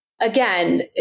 Again